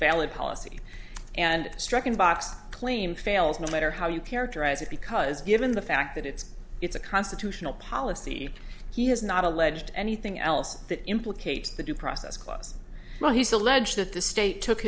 valid policy and striking box claim fails no matter how you characterize it because given the fact that it's it's a constitutional policy he has not alleged anything else that implicates the due process clause well he's alleged that the state took